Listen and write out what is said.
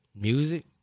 Music